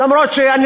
גם אם,